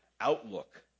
outlook